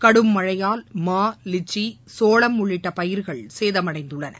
கடும் மழையால் மா லிச் சோளம் உள்ளிட்ட பயிர்கள் சேதமடைந்துள்ளன